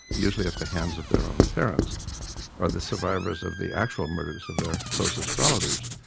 usually at the hands of their own parents or the survivors of the actual murders of their closest relatives.